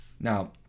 Now